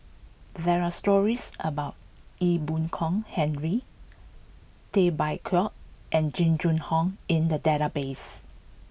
there are stories about Ee Boon Kong Henry Tay Bak Koi and Jing Jun Hong in the database